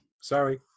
Sorry